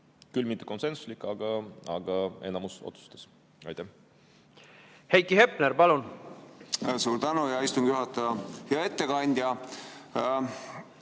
Küll mitte konsensuslik, aga enamus otsustas. Heiki